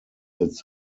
its